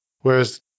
whereas